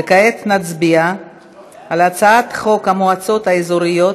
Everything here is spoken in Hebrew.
וכעת נצביע על הצעת חוק המועצות האזוריות